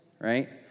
right